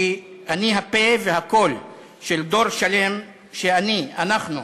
כי אני הפה והקול של דור שלם, שאני, אנחנו,